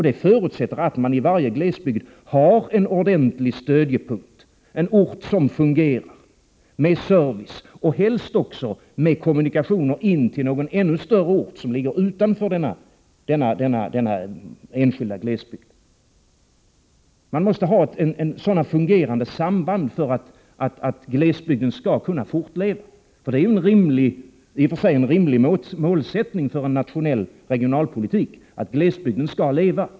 Det förutsätter att man i varje glesbygd har en ordentlig stödjepunkt, en ort som fungerar, med service och helst också med kommunikationer in till någon större ort som ligger utanför denna enskilda glesbygd. Man måste ha sådana fungerande samband för att glesbygden skall kunna fortleva. Det är i och för sig en rimlig målsättning för en nationell regionalpolitik att glesbygden skall leva.